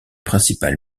principal